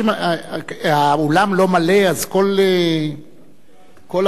האולם לא מלא, אז כל אמירה, בבקשה.